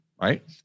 right